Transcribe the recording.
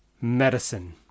medicine